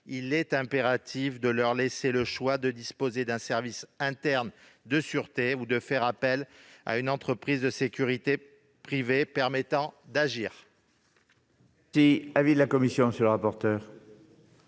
il est impératif de leur laisser le choix de disposer d'un service interne de sûreté ou de faire appel à une entreprise de sécurité privée, en leur permettant d'agir.